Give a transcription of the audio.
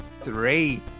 three